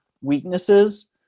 weaknesses